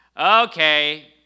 Okay